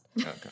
Okay